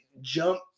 jump